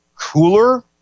cooler